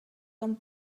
com